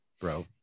bro